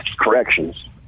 corrections